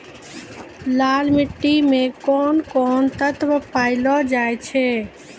लाल मिट्टी मे कोंन कोंन तत्व पैलो जाय छै?